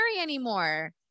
anymore